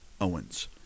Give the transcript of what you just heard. Owens